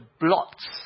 blots